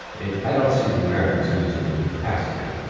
and i don't see the americans losing the capacity.